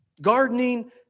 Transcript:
gardening